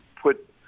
put